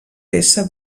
peça